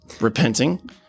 repenting